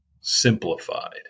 simplified